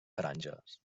franges